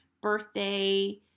birthday